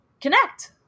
connect